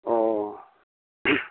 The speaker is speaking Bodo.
अ